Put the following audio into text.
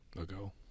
ago